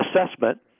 assessment